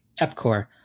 Epcor